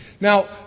Now